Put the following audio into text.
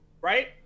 Right